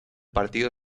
partido